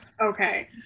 okay